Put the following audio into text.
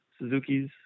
Suzuki's